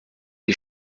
die